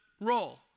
role